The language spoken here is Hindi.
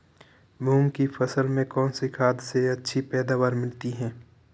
मूंग की फसल में कौनसी खाद से अच्छी पैदावार मिलती है?